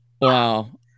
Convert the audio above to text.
Wow